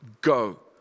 Go